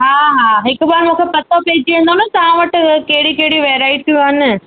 हा हा हिकु बार मूंखे पतो पइजी वेंदो न तव्हां वटि कहिड़ियूं कहिड़ियूं वेराइटियूं आहिनि